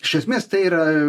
iš esmės tai yra